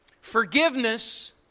Forgiveness